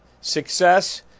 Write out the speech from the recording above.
success